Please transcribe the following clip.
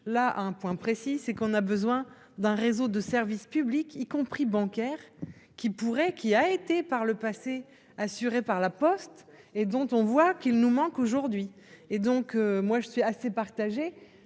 là un point précis, c'est qu'on a besoin d'un réseau de service public, y compris bancaires qui pourrait, qui a été par le passé, assuré par la Poste et dont on voit qu'il nous manque aujourd'hui, et donc moi je suis assez partagé,